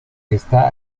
está